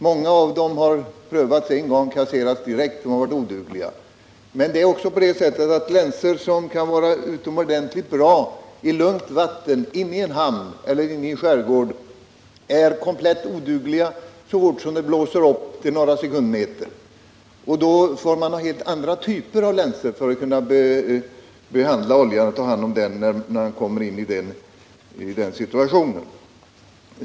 Många av dem har prövats en gång och därefter kasserats direkt, eftersom de varit S odugliga. Men det är också på det sättet att länsor som kan vara utomor dentligt bra i lugnt vatten, inne i en hamn eller i skärgården, är komplett odugliga så fort det blåser upp med några meter i sekunden. Man måste ha helt andra typer av länsor för att behandla oljan och ta hand om den när det uppkommer en sådan situation.